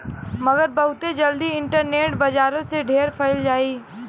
मगर बहुते जल्दी इन्टरनेट बजारो से ढेर फैल जाई